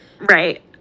right